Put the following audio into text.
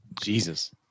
Jesus